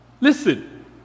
Listen